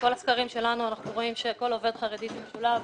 בכל הסקרים שלנו אנחנו רואים שכל עובד חרדי שמשולב,